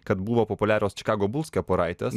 kad buvo populiarios čikago buls kepuraitės